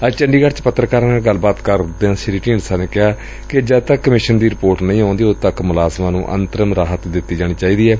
ਅੱਜ ਚੰਡੀਗੜ੍ ਚ ਪੱਤਰਕਾਰਾਂ ਨਾਲ ਗੱਲਬਾਤ ਕਰਦਿਆਂ ਸ੍ਰੀ ਢੀਂਡਸਾ ਨੇ ਕਿਹਾ ਕਿ ਜਦ ਤੱਕ ਕਮਿਸ਼ਨ ਦੀ ਰਿਪੋਰਟ ਨਹੀਂ ਆਉਂਦੀ ਉਦੋਂ ਤੱਕ ਮੁਲਾਜ਼ਮਾਂ ਨੂੰ ਅੰਤਰਿਮ ਰਾਹਤ ਦਿੱਤੀ ਜਾਏ